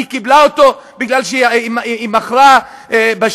היא קיבלה אותו כי היא מכרה בשק"ם?